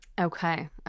Okay